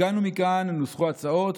מכאן ומכאן נוסחו הצעות,